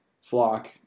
flock